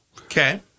Okay